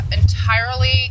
entirely